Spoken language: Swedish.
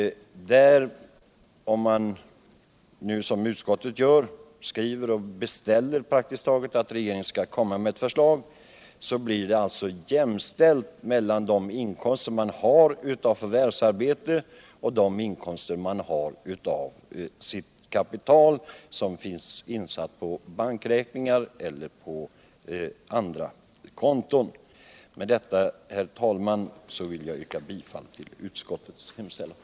Om man nu, som utskottet gör, praktiskt taget beställer ett förslag från regeringen, blir det alltså jämställt i fråga om uppgiftsskyldighet mellan de inkomster man har av förvärvsarbete och de inkomster man har av det kapital som finns insatt på bankräkningar eller på andra konton. Med detta, herr talman, vill jag yrka bifall till utskottets hemställan.